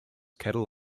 kettle